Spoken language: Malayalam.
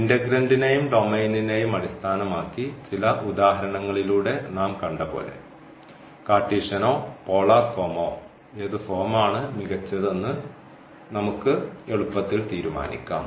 ഇന്റഗ്രന്റ്നെയും ഡൊമെയ്നിനെയും അടിസ്ഥാനമാക്കി ചില ഉദാഹരണങ്ങളിലൂടെ നാം കണ്ട പോലെ കാർട്ടീഷ്യനോ പോളാർ ഫോമോ ഏത് ഫോമാണ് മികച്ചതെന്ന് നമുക്ക് എളുപ്പത്തിൽ തീരുമാനിക്കാം